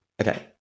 Okay